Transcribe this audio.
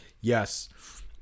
yes